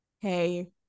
Hey